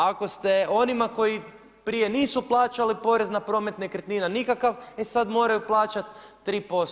Ako ste onima koji prije nisu plaćali porez na promet nekretnina nikakav, e sad moraju plaćati 3%